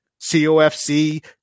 COFC